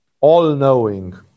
All-knowing